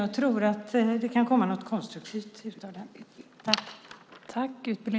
Jag tror att det kan komma ut något konstruktivt av den.